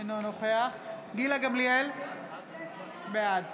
אינו נוכח גילה גמליאל, בעד